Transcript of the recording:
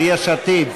של יש עתיד,